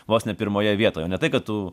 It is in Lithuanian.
vos ne pirmoje vietoje ne tai kad tu